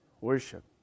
worship